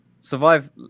survive